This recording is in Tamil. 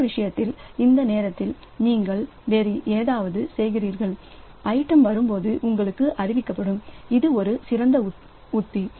மற்ற விஷயத்தில் அந்த நேரத்தில் நீங்கள் வேறு ஏதாவது செய்கிறீர்கள் ஐட்டம் வரும்போது உங்களுக்கு அறிவிக்கப்படும் இது ஒரு சிறந்த உத்தி